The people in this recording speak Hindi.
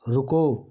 रुको